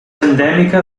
endèmica